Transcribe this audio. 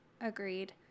agreed